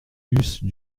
eussent